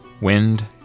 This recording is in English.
Wind